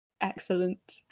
Excellent